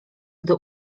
gdy